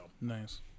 Nice